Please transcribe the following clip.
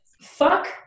Fuck